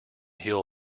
heel